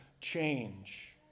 change